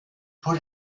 put